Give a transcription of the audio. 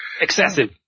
Excessive